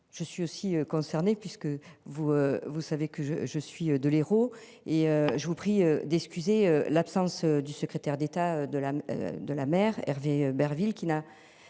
je suis aussi concerné puisque vous, vous savez que je je suis de l'Hérault et je vous prie d'excuser l'absence du secrétaire d'État de la de la mer. Hervé Berville